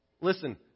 Listen